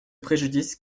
préjudice